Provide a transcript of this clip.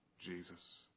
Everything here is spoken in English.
Jesus